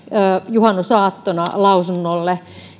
juhannusaattona lausunnolle